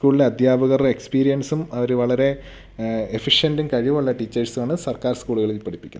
സ്കൂളിലെ അദ്ധ്യാപകർ എക്സ്പീരിയൻസും അവർ വളരെ എഫിഷ്യൻറ്റും കഴിവുള്ള ടീച്ചേഴ്സാണ് സർക്കാർ സ്കൂളുകളിൽ പഠിപ്പിക്കുന്നത്